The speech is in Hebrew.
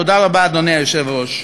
תודה רבה, אדוני היושב-ראש.